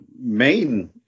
main